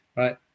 Right